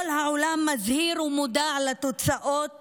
כל העולם מזהיר ומודע לתוצאות